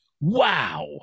wow